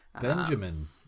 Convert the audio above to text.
Benjamin